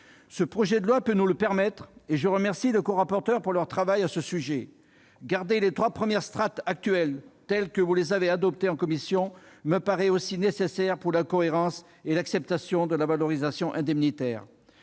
Ce projet de loi peut nous permettre d'y remédier, et je remercie les rapporteurs pour leur travail sur ce sujet. Garder les trois premières strates actuelles, telles qu'adoptées en commission, me paraît aussi nécessaire pour la cohérence et l'acceptation de la valorisation indemnitaire.